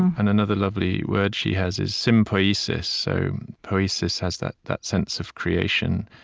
and another lovely word she has is sympoiesis. so poiesis has that that sense of creation,